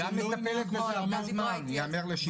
היא גם מטפלת בזה כל הזמן, ייאמר לשבחה.